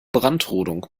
brandrodung